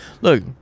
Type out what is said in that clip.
look